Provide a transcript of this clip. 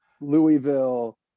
Louisville